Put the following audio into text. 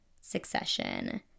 Succession